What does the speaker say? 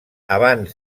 abans